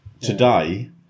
today